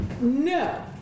No